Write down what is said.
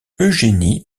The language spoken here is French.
eugénie